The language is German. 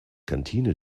kantine